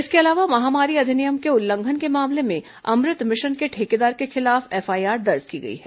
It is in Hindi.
इसके अलावा महामारी अधिनियम के उल्लंघन के मामले में अमृत मिशन के ठेकेदार के खिलाफ एफआईआर दर्ज की गई है